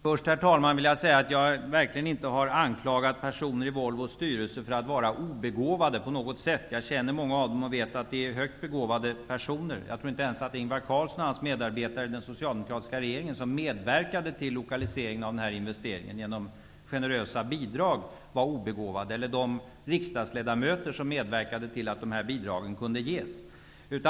Herr talman! Jag har verkligen inte anklagat personer i Volvos styrelse för att på något sätt vara obegåvade. Jag känner många av dem och vet att det är högt begåvade personer. Jag tror inte ens att Ingvar Carlsson och hans medarbetare i den socialdemokratiska regeringen, som genom generösa bidrag medverkade till lokaliseringen av denna investering, var obegåvade. Det var inte heller de riksdagsledamöter som medverkade till att dessa bidrag kunde ges.